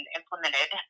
implemented